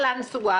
כנסת ישראל,